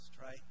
right